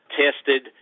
tested